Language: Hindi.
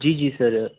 जी जी सर